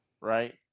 Right